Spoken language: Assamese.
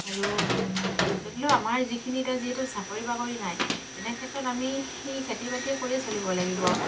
আৰু ভৱিষ্যতলৈয়ো আমাৰ যিখিনি এতিয়া যিহেতু চাকৰি বাকৰি নাই তেনে ক্ষেত্ৰত আমি সি খেতি বাতিয়ে কৰিয়ে চলিব লাগিব